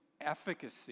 efficacy